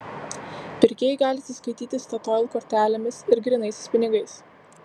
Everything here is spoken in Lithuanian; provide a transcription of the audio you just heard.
pirkėjai gali atsiskaityti statoil kortelėmis ir grynaisiais pinigais